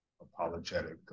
apologetic